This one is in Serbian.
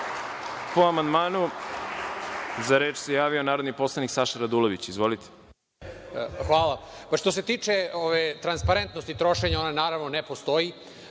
Po amandmanu, za reč se javio narodni poslanik Saša Radulović. Izvolite. **Saša Radulović** Hvala. Što se tiče transparentnosti trošenja, ona naravno ne postoji.